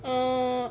err